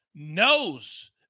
knows